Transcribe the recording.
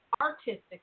artistic